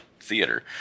theater